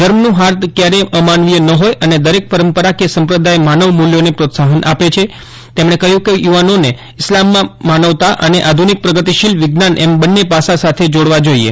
ધર્મનું હાર્દ કયારેય અમાનવીય ન હોય અને દરેક પરંપરા કે સંપ્રદાય માનવ મૂલ્યોને પ્રોત્સાહન આપે છે તેમણે કહ્યું કે યુવાનોને ઇસ્લામમાં માનવતા અને આધુનિક પ્રગતિશીલ વિજ્ઞાન એમ બંને પાસાં સાથે જોડવા જોઇએ